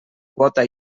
quota